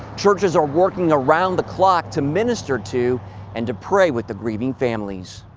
churches are working around the clock to minister to and to pray with the grieving families.